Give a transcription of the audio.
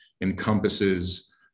encompasses